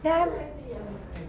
dan